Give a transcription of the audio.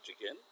again